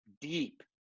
deep